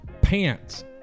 pants